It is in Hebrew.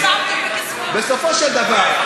בסופו של דבר,